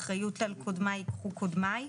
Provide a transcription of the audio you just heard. האחריות על קודמיי ייקחו קודמיי,